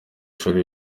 shuri